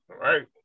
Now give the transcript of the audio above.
right